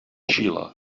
xile